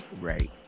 right